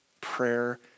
Prayer